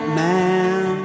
man